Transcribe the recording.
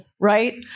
Right